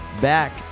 back